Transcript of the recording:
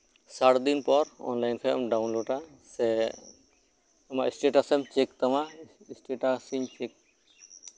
ᱥᱟᱴᱫᱤᱱ ᱯᱚᱨ ᱚᱱᱞᱟᱭᱤᱱ ᱠᱷᱚᱱᱮᱢ ᱰᱟᱣᱩᱱᱞᱳᱰ ᱟ ᱥᱮ ᱟᱢᱟᱜ ᱥᱴᱮᱴᱟᱥ ᱮᱢ ᱪᱮᱠ ᱛᱟᱢᱟ ᱥᱴᱮᱴᱟᱥ ᱤᱧ ᱪᱮᱹᱠ